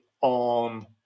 on